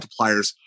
multipliers